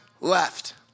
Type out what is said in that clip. left